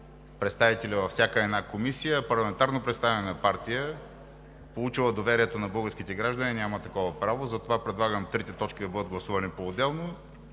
представители във всяка една комисия, а парламентарно представена партия, получила доверието на българските граждани, няма такова право. Затова предлагам трите точки да бъдат гласувани поотделно.